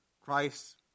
Christ